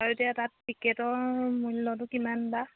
আৰু এতিয়া তাত টিকেটৰ মূল্যটো কিমান বা